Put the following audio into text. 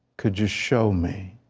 could you show me,